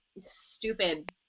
stupid